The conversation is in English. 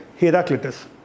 Heraclitus